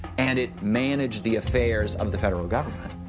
and it managed the affairs of the federal government,